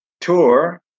tour